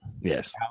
Yes